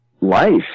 life